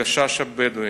הגשש הבדואי,